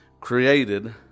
created